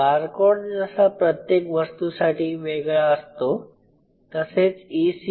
barcode जसा प्रत्येक वस्तूसाठी वेगळा असतो तसेच E